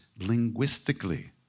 linguistically